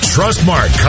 Trustmark